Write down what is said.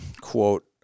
quote